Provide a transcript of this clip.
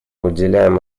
уделяем